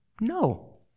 no